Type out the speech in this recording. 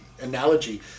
analogy